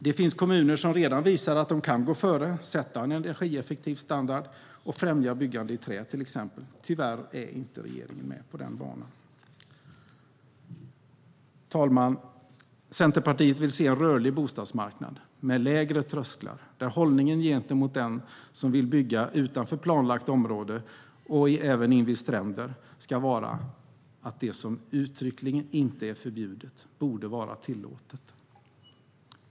Det finns kommuner som redan visar att de kan gå före, sätta en energieffektiv standard och främja byggande i trä, till exempel. Tyvärr är inte regeringen med på banan. Herr talman! Centerpartiet vill se en rörlig bostadsmarknad med lägre trösklar, där hållningen gentemot den som vill bygga utanför planlagt område och även invid stränder ska vara att "det som inte uttryckligen är förbjudet borde vara tillåtet".